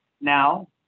Now